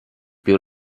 più